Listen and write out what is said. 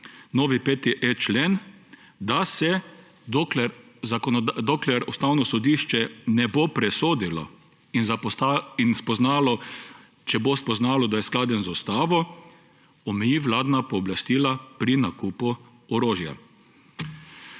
novi 5.e člen, da dokler Ustavno sodišče ne bo presodilo in spoznalo, če bo spoznalo, da je skladen z ustavo, omeji vladna pooblastila pri nakupu orožja.